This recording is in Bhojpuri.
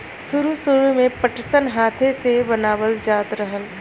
सुरु सुरु में पटसन हाथे से बनावल जात रहल